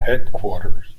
headquarters